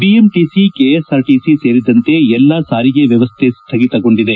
BMTC KSRTC ಸೇರಿದಂತೆ ಎಲ್ಲಾ ಸಾರಿಗೆ ವ್ಯವಸ್ಥೆ ಸ್ಥಗಿತಗೊಂಡಿದೆ